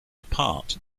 apart